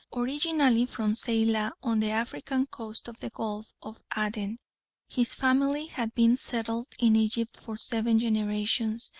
originally from zeilah on the african coast of the gulf of aden, his family had been settled in egypt for seven generations,